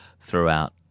throughout